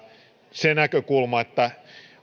se näkökulma antaako